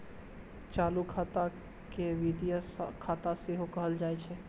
चालू खाता के वित्तीय खाता सेहो कहल जाइ छै